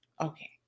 okay